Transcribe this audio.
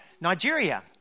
Nigeria